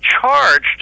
charged